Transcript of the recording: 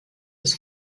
des